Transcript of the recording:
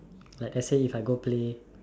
like let's say if I go play